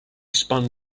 spun